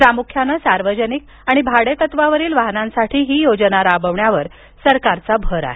प्रामुख्यानं सार्वजनिक आणि भाडेतत्त्वावरील वाहनांसाठी ही योजना राबवण्यावर सरकारचा भर आहे